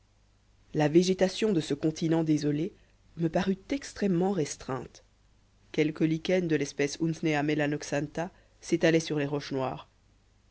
la végétation de ce continent désolé me parut extrêmement restreinte quelques lichens de l'espèce unsnea melanoxantha s'étalaient sur les roches noires